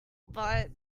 but